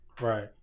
right